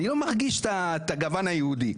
אני לא מרגיש את הגוון היהודי.